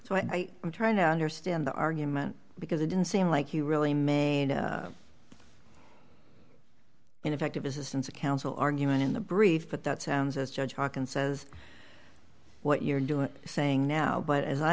so i i'm trying to understand the argument because it didn't seem like you really made ineffective assistance of counsel argument in the brief but that sounds as judge hawkins says what you're doing is saying now but as i